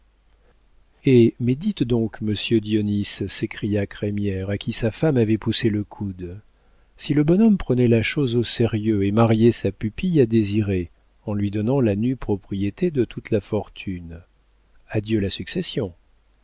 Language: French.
hé mais dites donc monsieur dionis s'écria crémière à qui sa femme avait poussé le coude si le bonhomme prenait la chose au sérieux et mariait sa pupille à désiré en lui donnant la nue propriété de toute la fortune adieu la succession